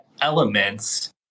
elements